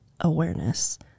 awareness